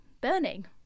burning